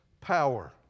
power